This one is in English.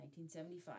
1975